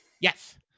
Yes